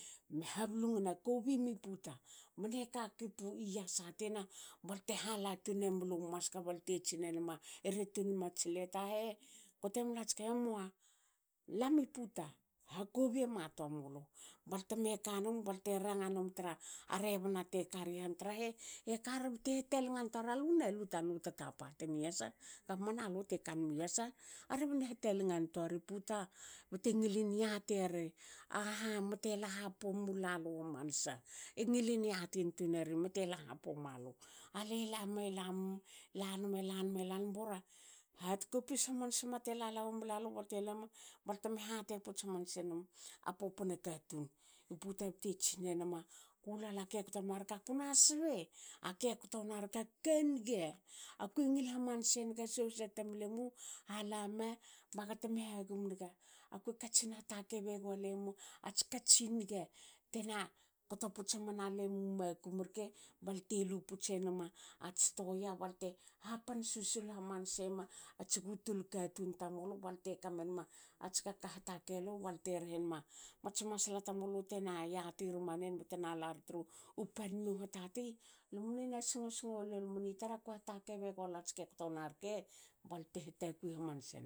Me hablungana kobi mi puta mne kaki yasa balte hala tune mulu maska balte tsinenma eret tunenmats leta he kotemlats ka emua. Lami puta ha kobi ema tomulu balte me kanum balte ranga num tra a rebna tekari han trahe kari bte hatalingan toari lutani u tatapa tini yasa. mana lute kanmi yasa. A rebne hatalngen toari puta bte ngilin yatiri aha mete lahapopo mulalu hamansa. E ngiln yatin tuineri mete la hapopo mualu. Ale lame lanum elanum elanum bora hatkopis hamansa te lala womlalu balte lame balte hate puts hamanse num a popona katun. i puta bte tsinenma kulala ke kto wna rke kuna sbe ake kto wna rke aka niga. a kue ngil hamanse niga sohsa tamlimu halam e bagateme hagum naga. Akue katsin hatakei begua limu ats ka tsi niga tena kto putse manalu emu makum rke balte lupts enma ats toia balte hapan susul hamanse ma ats butul katun tamulu balte kamenma ats ka ka hatakei lu balte rehema mats masla tamulu tena yati rumanen btena lar tru pannu hatati. lumne na singo singo lol mni tar akue hatakei begua luats ke kto wna rke balte hatakui hamanse men